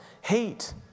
Hate